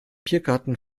biergarten